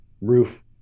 roof